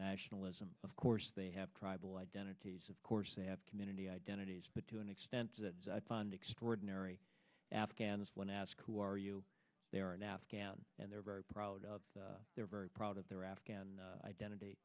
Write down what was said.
nationalism of course they have tribal identities of course they have community identity but to an extent i find extraordinary afghanistan ask who are you they are an afghan and they're very proud of their very proud of their afghan identity